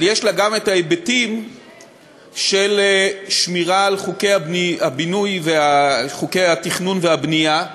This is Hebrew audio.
אבל יש לה גם ההיבטים של שמירה על חוקי הבינוי וחוקי התכנון והבנייה.